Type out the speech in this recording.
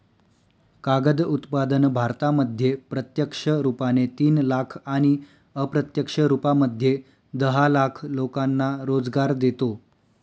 कागद उत्पादन भारतामध्ये प्रत्यक्ष रुपाने तीन लाख आणि अप्रत्यक्ष रूपामध्ये दहा लाख लोकांना रोजगार देतो